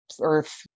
earth